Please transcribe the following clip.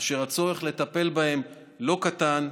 אשר הצורך לטפל בהם לא קטן,